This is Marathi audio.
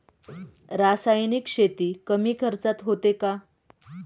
रासायनिक शेती कमी खर्चात होते का?